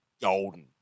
golden